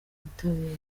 butabera